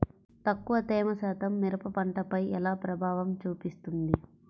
తక్కువ తేమ శాతం మిరప పంటపై ఎలా ప్రభావం చూపిస్తుంది?